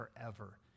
forever